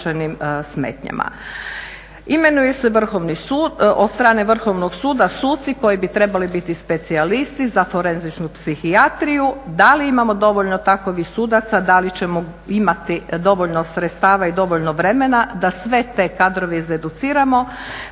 Imenuju se od strane Vrhovnog suda suci koji bi trebali biti specijalisti za forenzičnu psihijatriju. Da li imamo dovoljno takvih sudaca, da li ćemo imati dovoljno sredstava i dovoljno vremena da sve te kadrove izeduciramo,